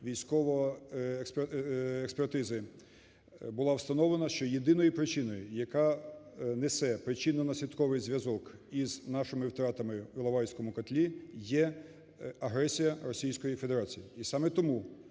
військової експертизи була встановлена, що єдиною причиною, яка несе причинно-наслідковий зв'язок із нашими втратами в іловайському котлі, є агресія Російської Федерації. І саме тому